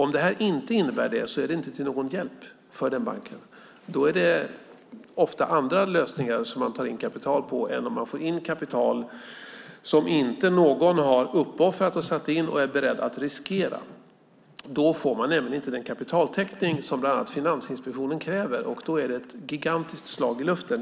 Om detta inte innebär det är det inte till någon hjälp för den banken. Det är ofta andra lösningar man tar in kapital på än att man får in kapital som inte någon har uppoffrat och satt in och är beredd att riskera. Då får man nämligen inte den kapitaltäckning som bland annat Finansinspektionen kräver, och då är det ett gigantiskt slag i luften.